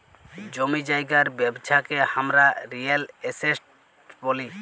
জমি জায়গার ব্যবচ্ছা কে হামরা রিয়েল এস্টেট ব্যলি